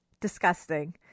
Disgusting